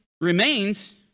remains